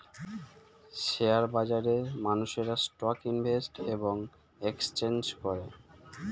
share বাজারে মানুষেরা stock invest এবং এক্সচেঞ্জ করে